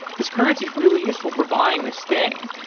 this currency is really useful for buying this thing.